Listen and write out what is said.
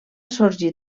sorgir